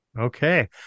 Okay